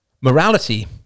morality